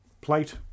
Plate